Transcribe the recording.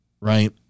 Right